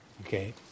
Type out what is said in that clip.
Okay